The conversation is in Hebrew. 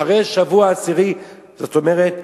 אחרי שבוע עשירי, זאת אומרת,